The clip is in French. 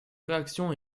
réaction